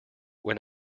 when